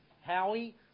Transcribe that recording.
howie